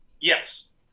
yes